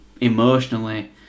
emotionally